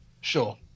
Sure